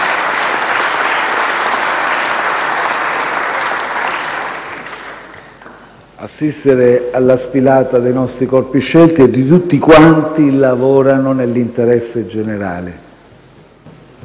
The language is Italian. assistere alla sfilata dei nostri corpi scelti e di tutti quanti lavorano nell'interesse generale.